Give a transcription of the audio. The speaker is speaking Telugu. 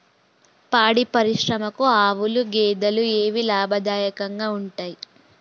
పాడి పరిశ్రమకు ఆవుల, గేదెల ఏవి లాభదాయకంగా ఉంటయ్?